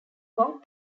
kong